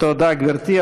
תודה, גברתי.